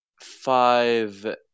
five